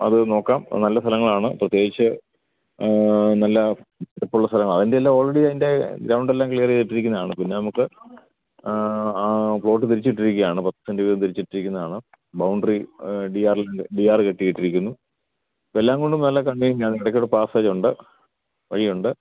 അത് നോക്കാം അത് നല്ല സ്ഥലങ്ങളാണ് പ്രത്യേകിച്ച് നല്ല ഉള്ള സ്ഥലമാണ് അതിന്റെ എല്ലാ ഓൾറെഡി അതിൻ്റെ ഗ്രൗണ്ടെല്ലാം ക്ലിയർ ചെയ്തിട്ടിരിക്കുന്നതാണ് പിന്നെ നമുക്ക് ആ പ്ലോട്ട് തിരിച്ചിട്ടിരിക്കുകയാണ് പത്ത് സെൻ്റ് വീതം തിരിച്ചിട്ടിരിക്കുന്നതാണ് boundary B R B R കെട്ടിയിട്ടിരിക്കുന്നു ഇപ്പെല്ലാം കൊണ്ടും നല്ല കൺവീനിയൻറ്റാണ് ഇടക്കൊരു പാസ്സേജൊണ്ട് വഴിയുണ്ട്